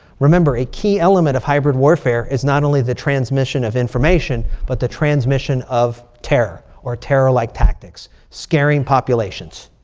remember, a key element of hybrid warfare is not only the transmission of information. but the transmission of terror or terror-like tactics, scaring populations.